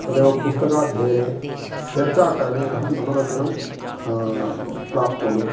तदैव पुस्तकाध्ययने चर्चा करणे अहं मनोरञ्जनं प्राप्नोमि